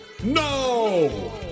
no